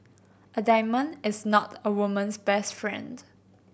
a diamond is not a woman's best friend